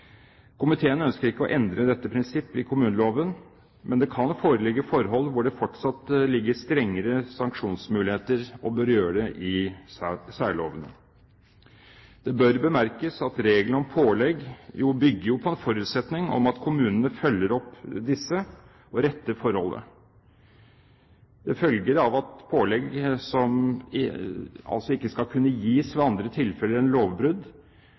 Komiteen ønsker ikke å endre dette prinsippet i kommuneloven, men det kan foreligge forhold hvor det fortsatt ligger strengere sanksjonsmuligheter, og bør gjøre det, i særlovene. Det bør bemerkes at reglene om pålegg jo bygger på en forutsetning om at kommunene følger opp disse, og retter forholdet. Dette følger av at pålegg ikke skal kunne gis ved andre tilfeller enn lovbrudd,